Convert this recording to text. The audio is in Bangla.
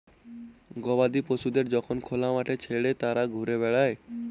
গবাদি পশুদের যখন খোলা মাঠে ছেড়ে তারা ঘুরে বেড়ায়